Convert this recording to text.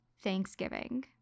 Thanksgiving